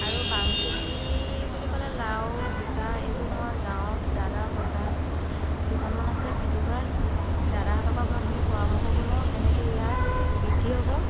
আৰু বাম খেতি বুলি ক'লে লাও জিকা এইবোৰ মই গাঁৱত দাদা বৰ্তাহেঁত দুজনমান আছে খেতি কৰা দাদাহেঁতৰ পৰা মই সেই পৰামৰ্শবোৰ লওঁ কেনেকৈ ইয়াৰ বৃদ্ধি হ'ব